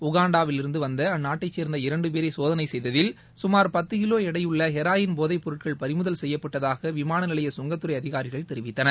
உகாண்டாவிலிருந்து வந்த அந்நாட்டைச் சேர்ந்த இரண்டு பேரை சோதனை செய்ததில் சுமார் பத்து கிலோ எடையுள்ள ஹெராயின் போதை பொருட்கள் பறிமுதல் செய்யப்பட்டதாக விமான நிலைய கங்கத்துறை அதிகாரிகள் தெரிவித்தனர்